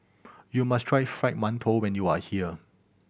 you must try Fried Mantou when you are here